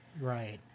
Right